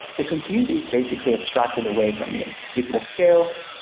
the compute is basically abstracted away from you. it will scale.